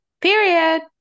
period